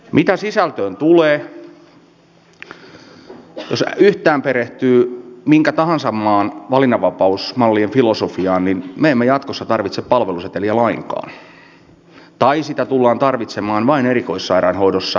mitä sisältöön tulee jos yhtään perehtyy minkä tahansa maan valinnanvapausmallien filosofiaan niin me emme jatkossa tarvitse palveluseteliä lainkaan tai sitä tullaan tarvitsemaan vain erikoissairaanhoidossa joiltakin osin